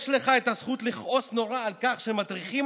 יש לך את הזכות לכעוס נורא על כך שמטריחים